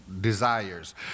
desires